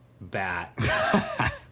bat